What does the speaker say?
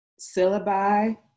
syllabi